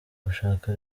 gushaka